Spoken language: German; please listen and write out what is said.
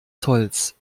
zolls